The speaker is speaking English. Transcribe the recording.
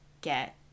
get